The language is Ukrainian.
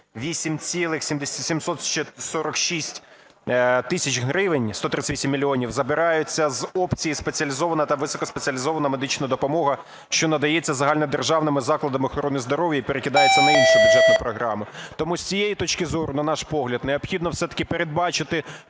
746 тисяч гривень забираються з опцій "Спеціалізована та високоспеціалізована медична допомога", що надається загальнодержавним закладами охорони здоров'я і перекидається на інші бюджетні програми. Тому з цієї точки зору, на наш погляд, необхідно все-таки передбачити